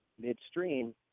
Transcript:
midstream